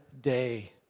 day